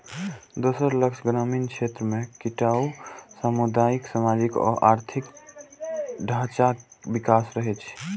दोसर लक्ष्य ग्रामीण क्षेत्र मे टिकाउ सामुदायिक, सामाजिक आ आर्थिक ढांचाक विकास रहै